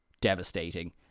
devastating